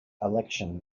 election